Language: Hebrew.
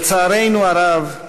לצערנו הרב,